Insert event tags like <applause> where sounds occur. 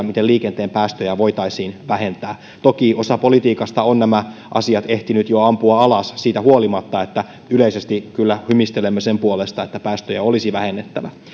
<unintelligible> miten liikenteen päästöjä voitaisiin vähentää toki osa politiikasta on nämä asiat ehtinyt jo ampua alas siitä huolimatta että yleisesti kyllä hymistelemme sen puolesta että päästöjä olisi vähennettävä